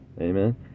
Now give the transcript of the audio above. Amen